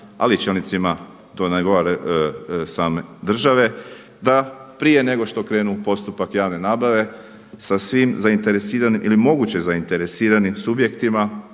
li i čelnicima same države da prije nego što krenu u postupak javne nabave sa svim zainteresiranim ili moguće zainteresiranim subjektima